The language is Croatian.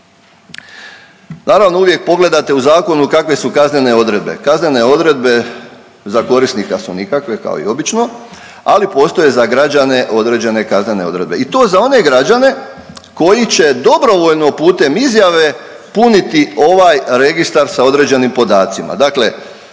Naravno uvijek pogledate u zakonu kakve su kaznene odredbe. Kaznene odredbe za korisnika su nikakve kao i obično, ali postoje za građane određene kaznene odredbe i to za one građane koji će dobrovoljno putem izjave puniti ovaj registar sa određenim podacima.